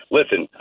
listen